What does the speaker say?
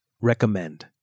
Recommend